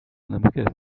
نمکه